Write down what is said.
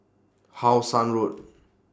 How Sun Road